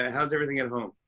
how's everything at home?